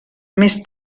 més